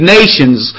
nations